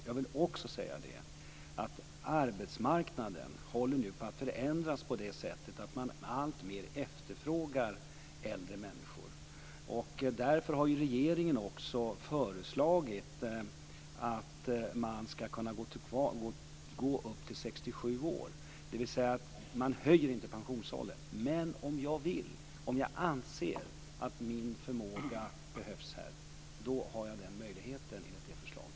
Jag vill också säga att arbetsmarknaden nu håller på att förändras på det sättet att man alltmer efterfrågar äldre människor. Därför har regeringen också föreslagit att man ska kunna gå kvar i arbete upp till 67 års ålder. Det innebär inte en höjning av pensionsåldern, men den som anser att den egna förmågan behövs och som vill gå kvar ska enligt förslaget ha den möjligheten.